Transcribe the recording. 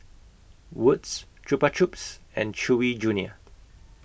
Wood's Chupa Chups and Chewy Junior